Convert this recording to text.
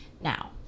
Now